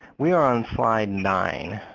we are on slide nine.